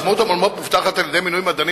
עצמאות המולמו"פ מובטחת על-ידי מינוי מדענים